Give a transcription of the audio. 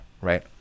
right